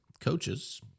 coaches